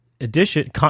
Edition